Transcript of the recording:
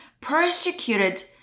persecuted